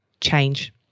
change